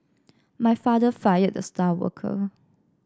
my father fired the star worker